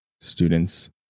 students